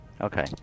Okay